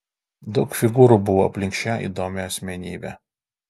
daug figūrų buvo aplink šią įdomią asmenybę